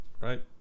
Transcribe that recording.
Right